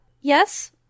Yes